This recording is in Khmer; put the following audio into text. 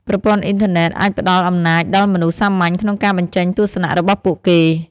ប្រព័ន្ធអ៊ីនធឺណិតអាចផ្តល់អំណាចដល់មនុស្សសាមញ្ញក្នុងការបញ្ចេញទស្សនៈរបស់ពួកគេ។